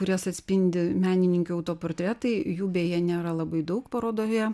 kurias atspindi menininkų autoportretai jų beje nėra labai daug parodoje